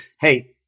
hey